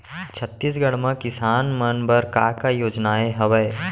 छत्तीसगढ़ म किसान मन बर का का योजनाएं हवय?